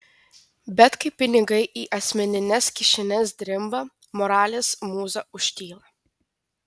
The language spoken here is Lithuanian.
bet kai pinigai į asmenines kišenes drimba moralės mūza užtyla